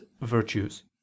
Virtues